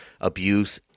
abuse